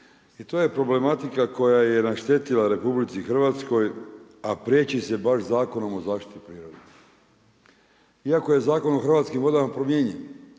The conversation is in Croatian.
i to je problematika koja je naštetila RH, a priječi se baš Zakonom o zaštiti prirode. Iako je Zakon o hrvatskim vodama promijenjen